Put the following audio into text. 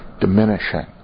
diminishing